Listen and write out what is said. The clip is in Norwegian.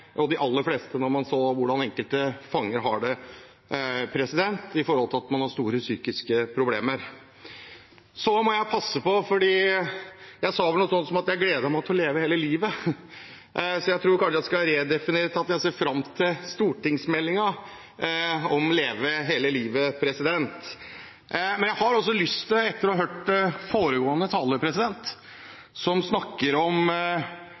ja, de aller fleste – når man så hvordan enkelte fanger har det, med tanke på at de har store psykiske problemer. Så må jeg passe på, for jeg sa vel noe sånt som at jeg gledet meg til å leve hele livet. Jeg tror kanskje jeg skal redefinere det til at jeg ser fram til stortingsmeldingen Leve hele livet. Men jeg har også lyst til å si noe etter å ha hørt foregående taler, som snakker om